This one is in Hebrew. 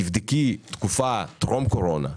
תבדקי תקופת טרום קורונה,